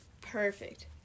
perfect